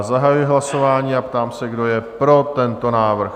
Zahajuji hlasování a ptám se, kdo je pro tento návrh?